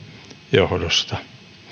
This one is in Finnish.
johdosta